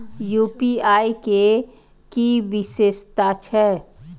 UPI के कि विषेशता छै?